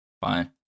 Fine